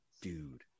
dude